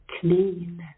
clean